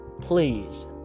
please